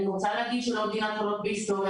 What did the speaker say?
אני רוצה להגיד שלא דין הקלות בהיסטוריה